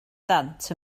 dant